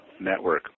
Network